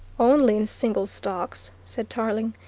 only in single stalks, said tarling,